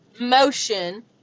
motion